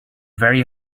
very